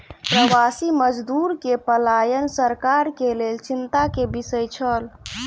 प्रवासी मजदूर के पलायन सरकार के लेल चिंता के विषय छल